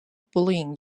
bullying